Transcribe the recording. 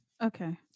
Okay